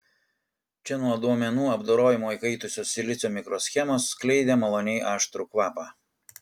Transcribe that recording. čia nuo duomenų apdorojimo įkaitusios silicio mikroschemos skleidė maloniai aštrų kvapą